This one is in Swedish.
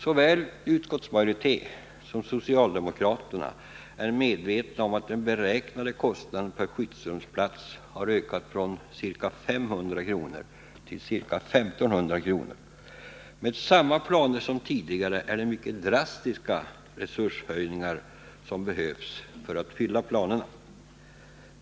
Såväl utskottsmajoriteten är medvetna om att den beräknade kostnaden per som socialdemokrateri skyddsrumsplats har ökat från ca 500 kr. till ca 1 500 kr. Med samma planer som tidigare är det mycket drastiska resurshöjningar som behövs för att fylla planerna.